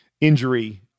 injury